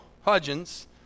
Hudgens